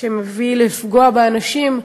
שמוביל לפגיעה באנשים.